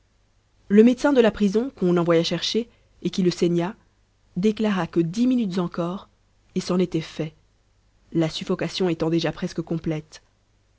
le médecin de la prison qu'on envoya chercher et qui le saigna déclara que dix minutes encore et c'en était fait la suffocation étant déjà presque complète